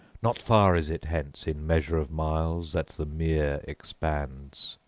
not far is it hence in measure of miles that the mere expands,